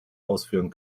ausführen